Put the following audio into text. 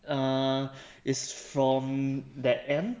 err is from that end